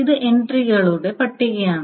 ഇത് എൻട്രികളുടെ പട്ടികയാണ്